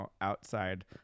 outside